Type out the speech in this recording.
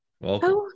Welcome